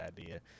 idea